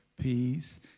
peace